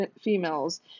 females